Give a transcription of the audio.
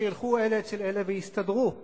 שילכו אלה אצל אלה ויסתדרו ביניהם,